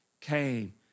came